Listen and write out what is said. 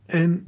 en